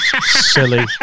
Silly